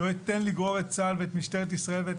לא אתן לגרור את צה"ל ואת משטרת ישראל ואת